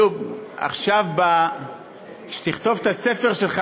עכשיו כשתכתוב את הספר שלך,